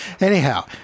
Anyhow